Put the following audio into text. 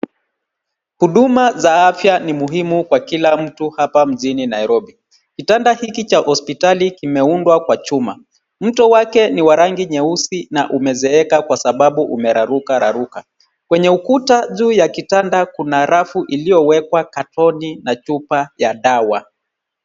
Huduma za afya ni muhimu kwa kila mtu hapa mjini Nairobi. Kitanda hiki cha hospitali kimeundwa kwa chuma. Mto wake ni wa rangi nyeusi na umezeeka kwa sababu umerarukararuka. zKwenye ukuta kuna rafu iliyowekwa katone na chupa ya dawa.